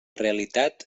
realitat